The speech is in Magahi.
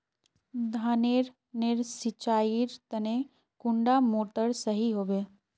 धानेर नेर सिंचाईर तने कुंडा मोटर सही होबे?